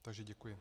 Takže děkuji.